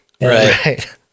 Right